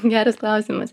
geras klausimas